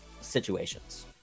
situations